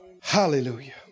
Hallelujah